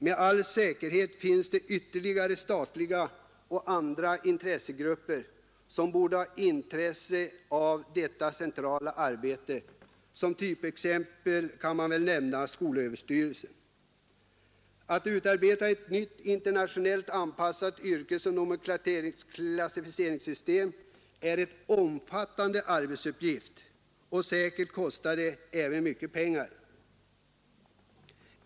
Med all säkerhet finns det ytterligare ett antal statliga och andra intressegrupper som borde delta i detta centrala arbete, t.ex. skolöverstyrelsen. Att utarbeta ett nytt och internationellt anpassat yrkesoch nomenklaturklassificeringssystem är en omfattande arbetsuppgift. Säkert kostar det även mycket pengar.